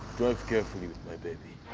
drive carefully with my baby.